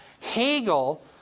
Hegel